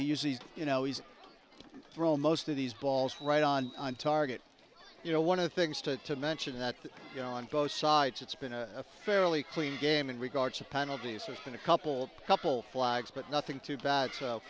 uses you know he's thrown most of these balls right on target you know one of the things to mention that you know on both sides it's been a fairly clean game in regards to penalties has been a couple couple flags but nothing too bad so